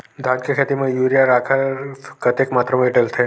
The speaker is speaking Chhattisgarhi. धान के खेती म यूरिया राखर कतेक मात्रा म डलथे?